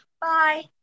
Bye